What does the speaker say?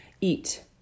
eat